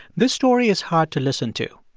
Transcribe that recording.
this story is hard to listen to,